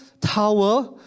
tower